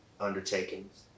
Undertakings